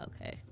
okay